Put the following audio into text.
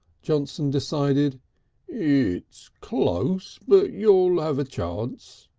johnson decided it's close. but you'll have a chance.